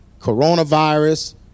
Coronavirus